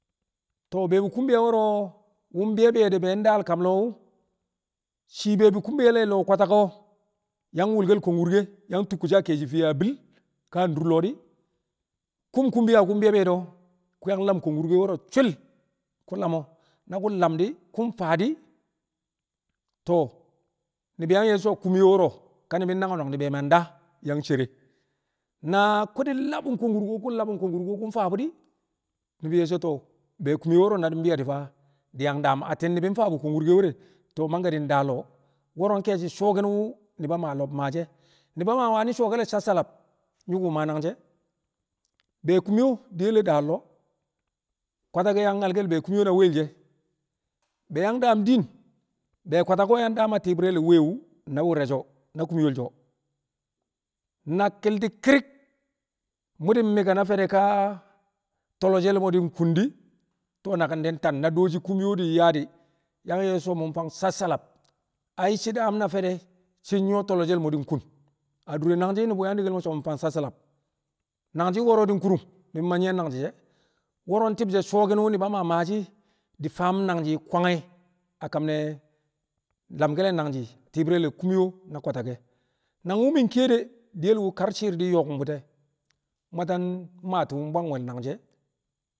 Tọo̱ be̱e̱bi̱ kumbiya wo̱ro̱ wu̱ bi̱yo̱ bi̱yo̱ de̱ be̱ daal kam lo̱o̱ wu̱ shii be̱e̱bi kumbiyal lo̱o̱ kwatage o̱ yang wu̱lke̱l kong wurke yang tukku shi̱ a ke̱e̱shi̱ fiye a kam a bil ka a dur lo̱o̱ di̱ ku̱m kumbiya ku̱n bi̱yo̱ bi̱yo̱ de̱ ku̱ yang lam kondu wurke wo̱ro̱ shwil ku̱ lamo̱ na ku̱m lam di̱ ku̱ faa di̱ to̱o̱ ni̱bi̱ yang nye̱ shi̱ so̱ kumyo wo̱ro̱ ka ni̱bi̱ nnang o̱ nang di̱ be man daa yang cere na ku̱ di̱ labu̱ng kong wurke ku̱ labu̱ng kong wurke ku̱ faa bu̱ di̱ ni̱bi̱ nyi̱ so̱ to̱o̱ be kumyo wo̱ro̱ na di̱ bi̱yo̱ di̱ lo̱o̱ di̱ yang daam. Atti̱n ni̱bi̱ mfaa bu̱ kong wurke we̱re̱ to̱o̱ mangke̱ di̱ daa lo̱o̱ wo̱ro̱, nke̱e̱shi̱ su̱wo̱ki̱n wu̱ nu̱ba Maa lo̱b maashi̱ e̱. Nu̱ba Maa wani̱ su̱wo̱ke̱l le̱ sassalab nyi̱ maa nangji̱ e̱ be kumyo diyel le̱ daal lọo̱ kwatake yang nyalke̱l be kumyo na weyel she̱ be yang daam din be kwatake wu̱ yang daam a ti̱i̱bi̱re̱ re̱ weye wu̱ na wu̱r re̱ she̱, na kumyo le̱ she̱ na ki̱lti̱ki̱ri̱k mu̱ di̱ mi̱ki̱n na fe̱de̱ ka to̱lo̱she̱l le̱ mo̱ nkun di̱. To̱o̱ naki̱n di̱ tang na dooshi kumyo wu̱ di̱ yaa di̱ yang ye̱ shi̱ so̱ mu̱ fang sassalab ai shi̱ daam na fe̱de̱ shi̱ nyu̱wo̱ to̱lo̱she̱ mo̱ di̱ kun a dure nangji̱ nu̱bu̱ yang dekkel mo̱ so̱ mu̱ fang sassalab nangji̱ wo̱ro̱ di̱ ku̱ru̱ng ni̱bị ma nyi̱ye̱n nangji̱ she̱ wo̱ro̱ ti̱bshe̱ su̱wo̱ki̱n wu̱ nu̱ba Maa maashi̱ di̱ faam nangji̱ wu̱ kwange̱. A kam ne̱ lamke̱l le̱ nangji̱ ti̱i̱bi̱re̱ re̱ kumyo na katake. Nangwu̱ mi̱ kiye de̱ diyel wu̱ kar shịɪr di̱ yokun bu̱ti̱ e̱ mwata maa tu̱u̱ bwang we̱l nangji̱ e̱.